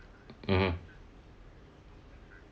mmhmm